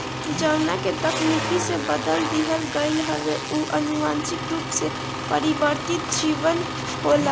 जवना के तकनीकी से बदल दिहल गईल हवे उ अनुवांशिक रूप से परिवर्तित जीव होला